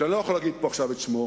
שאני לא יכול להגיד עכשיו את שמו.